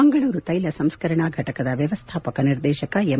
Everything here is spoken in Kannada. ಮಂಗಳೂರು ತೈಲ ಸಂಸ್ಕರಣಾ ಫಟಕದ ವ್ಯವಸ್ಥಾಪಕ ನಿರ್ದೇಶಕ ಎಂ